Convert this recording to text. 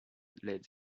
led